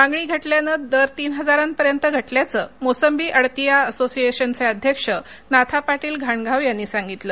मागणी घटल्यानं दर तीन हजारांपर्यंत घटल्याचं मोसंबी आडतिया असोसिएशनचे अध्यक्ष नाथापाटील घाणघाव यांनी सांगितलं